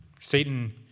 Satan